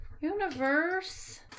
Universe